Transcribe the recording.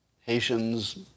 Haitians